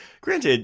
Granted